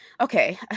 okay